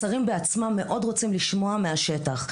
השרים בעצמם מאוד רוצים לשמוע מהשטח.